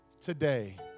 today